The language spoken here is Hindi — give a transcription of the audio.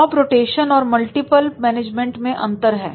जॉब रोटेशन और मल्टीपल मैनेजमेंट में अंतर है